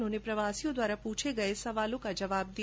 उन्होंने प्रवासियों द्वारा पूछे गये प्रश्नों का जवाब दिया